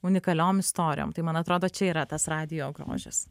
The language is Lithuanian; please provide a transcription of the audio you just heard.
unikaliom istorijom tai man atrodo čia yra tas radijo grožis